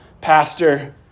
pastor